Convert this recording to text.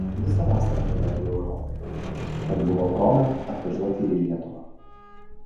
visą vasarą praleidau europoje tad buvo proga atvažiuoti ir į lietuvą